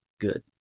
good